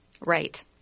Right